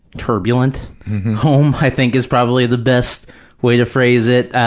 turbulent home, i think is probably the best way to phrase it.